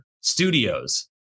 studios